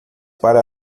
para